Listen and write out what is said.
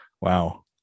Wow